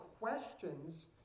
questions